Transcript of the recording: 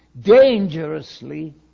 dangerously